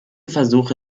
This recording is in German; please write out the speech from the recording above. versuche